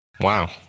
Wow